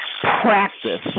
Practice